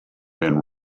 been